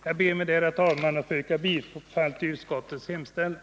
Jag ber, herr talman, att med detta få yrka bifall till utskottets hemställan.